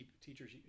teachers